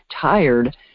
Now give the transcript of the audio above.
tired